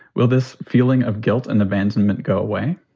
well, this feeling of guilt and abandonment go away